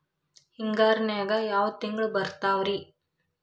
ಹಿಂಗಾರಿನ್ಯಾಗ ಯಾವ ತಿಂಗ್ಳು ಬರ್ತಾವ ರಿ?